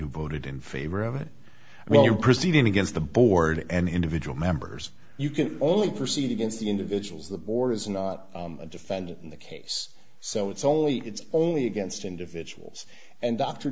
who voted in favor of it well you're proceeding against the board and individual members you can only proceed against the individuals the board is not a defendant in the case so it's only it's only against individuals and dr